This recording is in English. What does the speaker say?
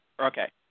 Okay